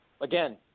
again